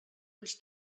ulls